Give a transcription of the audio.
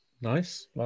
Nice